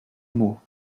mots